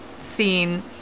scene